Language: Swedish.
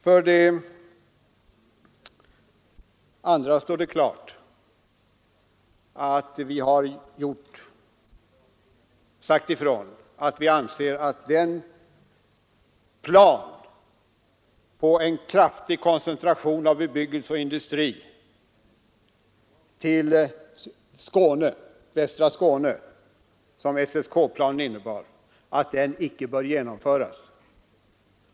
För det tredje har vi sagt att den kraftiga koncentrationen av bebyggelse och industri till västra Skåne, som SSK-planen innebär, icke bör genomföras.